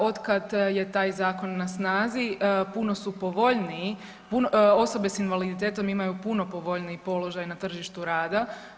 Od kad je taj zakon na snazi puno su povoljniji, osobe s invaliditetom imaju puno povoljniji položaj na tržištu rada.